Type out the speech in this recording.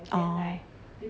orh